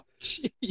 jeez